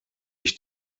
ich